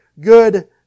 good